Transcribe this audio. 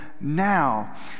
now